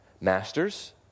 Masters